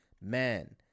Men